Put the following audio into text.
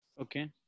Okay